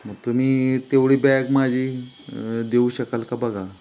मग तुम्ही तेवढी बॅग माझी देऊ शकाल का बघा